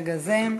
מרגע זה.